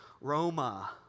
Roma